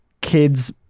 kids